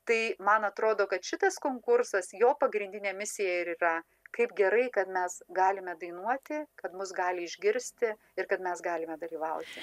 tai man atrodo kad šitas konkursas jo pagrindinė misija ir yra kaip gerai kad mes galime dainuoti kad mus gali išgirsti ir kad mes galime dalyvauti